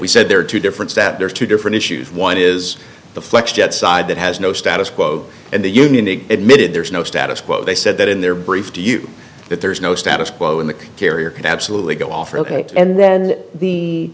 we said there are two different that there are two different issues one is the flex jet side that has no status quo and the union ig admitted there is no status quo they said that in their brief to you that there is no status quo in the carrier can absolutely go off ok and then the